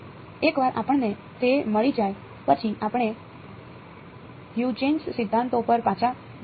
એકવાર આપણને તે મળી જાય પછી આપણે હ્યુજેન્સ સિદ્ધાંતો પર પાછા જઈએ અને આને પ્રથમમાં મૂકી શકાય